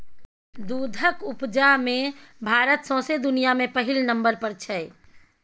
दुधक उपजा मे भारत सौंसे दुनियाँ मे पहिल नंबर पर छै